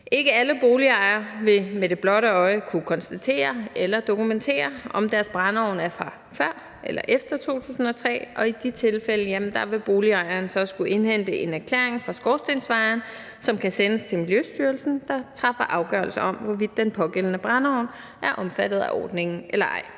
Ikke alle boligejere vil med det blotte øje kunne konstatere eller dokumentere, om deres brændeovn er fra før eller efter 2003, og i de tilfælde vil boligejere så skulle indhente en erklæring fra skorstensfejeren, som kan sendes til Miljøstyrelsen, der træffer afgørelse om, hvorvidt den pågældende brændeovn er omfattet af ordningen eller ej.